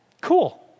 cool